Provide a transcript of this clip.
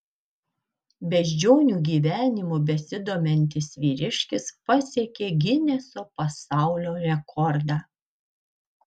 beždžionių gyvenimu besidomintis vyriškis pasiekė gineso pasaulio rekordą